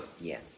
Yes